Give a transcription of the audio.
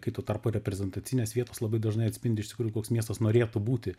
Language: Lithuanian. kai tuo tarpu reprezentacinės vietos labai dažnai atspindi iš tikrųjų koks miestas norėtų būti